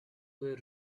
were